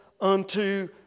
unto